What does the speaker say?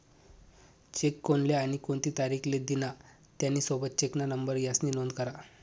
check कोनले आणि कोणती तारीख ले दिना, त्यानी सोबत चेकना नंबर यास्नी नोंद करा